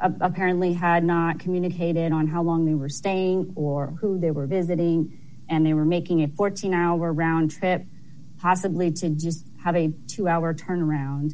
apparently had not communicated on how long they were staying or who they were visiting and they were making a fourteen hour round trip possibly it's in just have a two hour turnaround